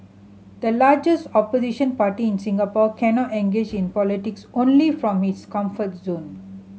the largest opposition party in Singapore cannot engage in politics only from its comfort zone